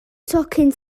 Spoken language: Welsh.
tocyn